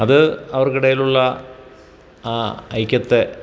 അത് അവർക്കിടയിലുള്ള ആ ഐക്യത്തെ